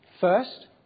First